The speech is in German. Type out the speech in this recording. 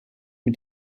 mit